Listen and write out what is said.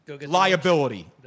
liability